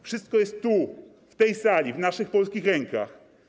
Wszystko jest tu, w tej sali, w naszych polskich rękach.